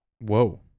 Whoa